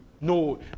No